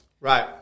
Right